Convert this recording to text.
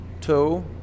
Two